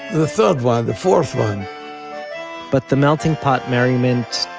the third one, the fourth one but the melting pot merriment,